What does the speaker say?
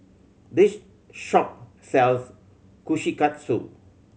this shop sells Kushikatsu